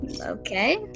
Okay